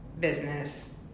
business